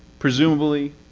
presumably,